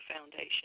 foundation